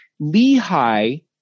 Lehi